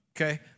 okay